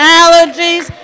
allergies